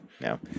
no